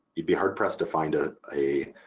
you'd be hard-pressed to find ah a